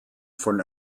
von